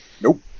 Nope